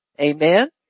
Amen